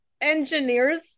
engineers